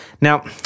Now